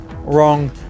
wrong